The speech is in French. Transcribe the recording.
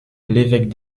l’évêque